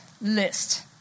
list